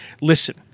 Listen